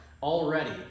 Already